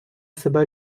себе